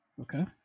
Okay